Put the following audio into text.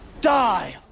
die